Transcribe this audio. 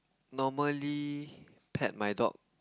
normally pet my dog